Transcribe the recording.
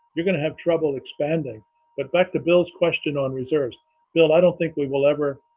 you're going to have trouble expanding but back to bill's question on reserves bill. i don't think we will ever